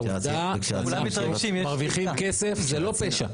העובדה שמרוויחים כסף זה לא פשע.